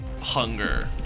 hunger